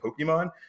Pokemon